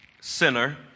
sinner